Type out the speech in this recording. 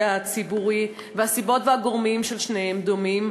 הציבורי והסיבות והגורמים לשתיהן דומים,